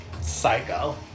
psycho